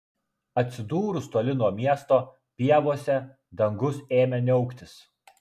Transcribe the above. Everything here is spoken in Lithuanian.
atsidūrus toli nuo miesto pievose dangus ėmė niauktis